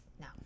no